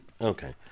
Okay